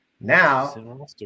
Now